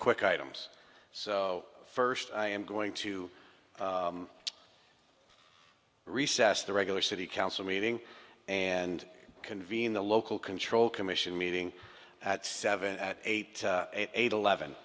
quick items so first i am going to recess the regular city council meeting and convene the local control commission meeting at seven at eight eight